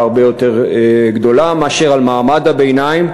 הרבה יותר גדולה מאשר למעמד הביניים,